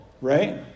right